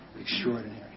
extraordinary